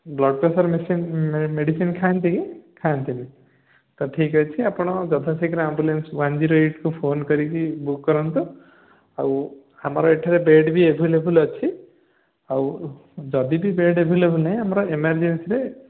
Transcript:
blood pressure medicine medicine ଖାଆନ୍ତି କି ଖାଆନ୍ତିନି ତ ଠିକ୍ ଅଛି ଆପଣ ଯଥାଶୀଘ୍ର ଆମ୍ବୁଲାନ୍ସ୍ ୱାନ୍ ଜିରୋ ଏଇଟ୍ କି ଫୋନ୍ କରିକି ବୁକ୍ କରନ୍ତୁ ଆଉ ଆମର ଏଠାରେ ବେଡ଼୍ ବି ଆଭେଲେବୁଲ୍ ଅଛି ଆଉ ଯଦି ବି ବେଡ଼୍ ଆଭେଲେବୁଲ୍ ନାଇଁ ଆମର ଏମରଜେନ୍ସୀରେ